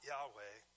Yahweh